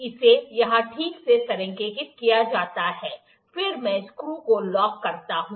इसे यहां ठीक से संरेखित किया गया है फिर मैं स्क्रू को लॉक करता हूं